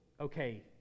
okay